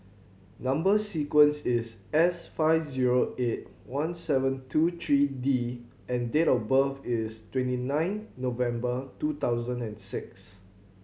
number sequence is S five zero eight one seven two three D and date of birth is twenty nine November two thousand and six